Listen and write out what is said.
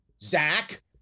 Zach